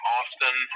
Austin